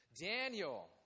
Daniel